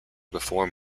perform